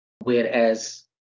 Whereas